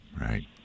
Right